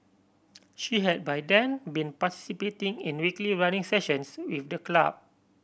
she had by then been participating in weekly running sessions with the club